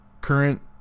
current